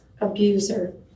abuser